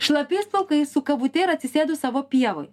šlapiais plaukais su kavute ir atsisėdu savo pievoj